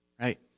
right